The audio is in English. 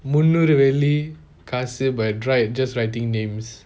முந்நூறு வெள்ளி காசு:moonuru velli kaasu just writing names